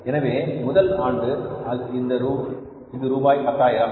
எனவே முதல் ஆண்டு இது ரூபாய் 10000